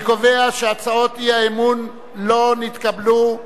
אני קובע שהצעות האי-אמון לא נתקבלו,